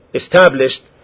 established